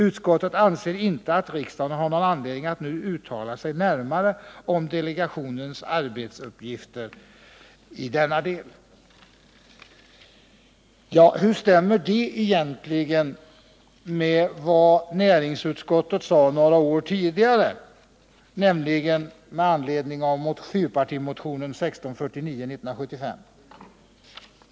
Utskottet anser inte att riksdagen har någon anledning att nu uttala sig närmare om delegationens arbetsuppgifter.” Hur stämmer det egentligen med vad näringsutskottet sade några år tidigare, nämligen med anledning av fyrpartimotionen 1649 år 1975?